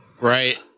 right